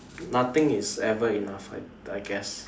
nothing is ever enough I I guess